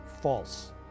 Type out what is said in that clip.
false